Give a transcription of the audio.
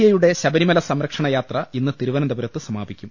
A യുടെ ശബരിമല സംരക്ഷണ യാത്ര ഇന്ന് തിരുവനന്തപുരത്ത് സമാപിക്കും